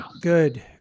Good